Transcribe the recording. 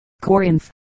Corinth